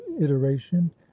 iteration